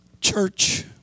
Church